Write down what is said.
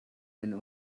and